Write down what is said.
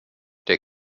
der